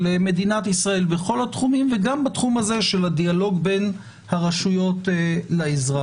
מדינת ישראל בכל התחומים וגם בתחום הזה של הדיאלוג בין הרשויות לאזרח.